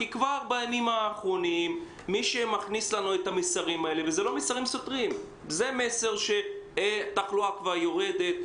כבר בימים האחרונים יש מסרים על כך שהתחלואה יורדת.